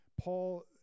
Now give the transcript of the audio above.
Paul